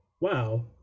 wow